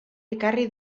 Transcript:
ekarri